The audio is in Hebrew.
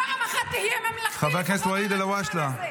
פעם אחת תהיה ממלכתי לפחות על הדוכן הזה.